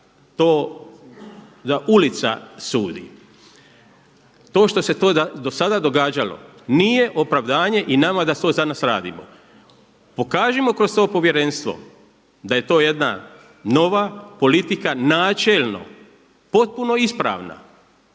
da to ulica sudi. To što se to do sada događalo nije opravdanje i nama da to danas radimo. Pokažimo kroz to povjerenstvo da je to jedna nova politika načelno potpuno ispravna,